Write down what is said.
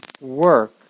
work